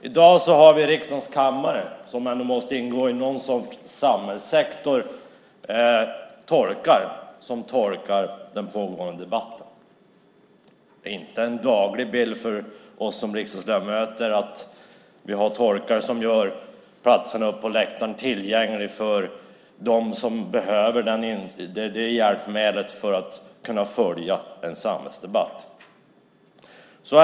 I dag har vi i riksdagens kammare, som ändå måste ingå i någon sorts samhällssektor, teckentolkar som tolkar den pågående debatten. Det är inte en daglig bild för oss riksdagsledamöter att vi har tolkar som gör platserna uppe på läktaren tillgängliga för dem som behöver det hjälpmedlet för att kunna följa en samhällsdebatt.